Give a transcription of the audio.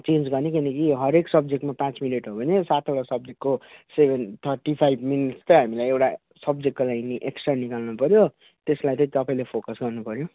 change गर्ने किनकि हरेक सब्जेक्टमा पाँच मिनट हो भने सातवटा सब्जेक्टको सेभेन थर्टी फाइभ मिनटस् चाहिँ हामीलाई एउटा सब्जेक्टको लागि नि एक्सट्रा निकाल्नु पऱ्यो त्यसलाई चाहिँ तपाईँले फोकस गर्नुपऱ्यो